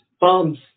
bombs